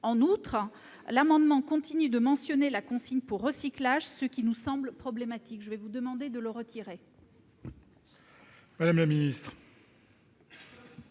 de l'amendement continuent de mentionner la consigne pour recyclage, ce qui nous semble problématique. Je vous demande donc, mon cher